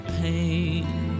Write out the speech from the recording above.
pain